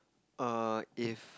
err if